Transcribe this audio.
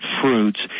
fruits